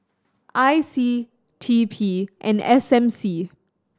I C T P and S M C